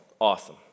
Awesome